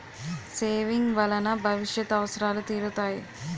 saving వలన భవిష్యత్ అవసరాలు తీరుతాయి